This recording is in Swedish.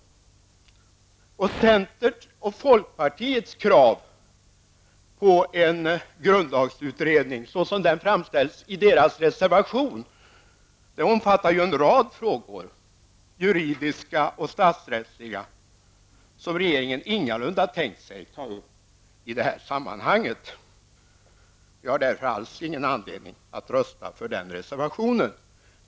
Centerns och folkpartiets krav på en grundlagsutredning, såsom detta framställs i deras reservation, omfattar en rad frågor, både juridiska och statsrättsliga, har regeringen ingalunda tänkt sig att ta upp i det här sammanhanget. Det finns därför alls inte anledning att rösta för den reservationen.